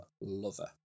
Lover